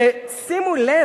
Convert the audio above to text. ושימו לב,